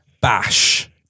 bash